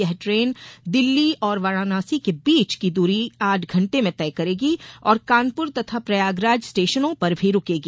यह ट्रेन दिल्ली और वाराणसी के बीच की दूरी आठ घंटे में तय करेगी और कानपुर तथा प्रयागराज स्टेशनों पर भी रूकेगी